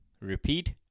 repeat